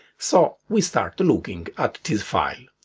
so we start looking at this file.